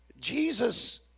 Jesus